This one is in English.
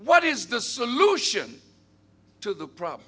what is the solution to the problem